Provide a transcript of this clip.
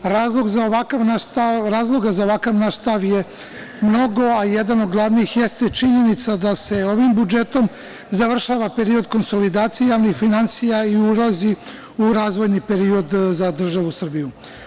Razloga za ovakav naš stav je mnogo, a jedan od glavnih jeste činjenica da se ovim budžetom završava period konsolidacije javnih finansija i ulazi u razvojni period za državu Srbiju.